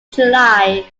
july